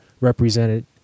represented